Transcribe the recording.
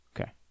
Okay